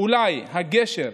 אולי הגשר,